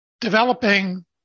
developing